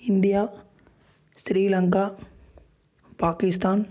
India Sri Lanka Pakistan